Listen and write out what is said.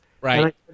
Right